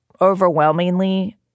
overwhelmingly